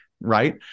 right